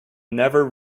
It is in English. never